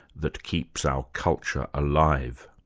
that keeps our culture alive.